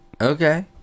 okay